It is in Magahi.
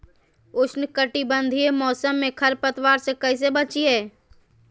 उष्णकटिबंधीय मौसम में खरपतवार से कैसे बचिये?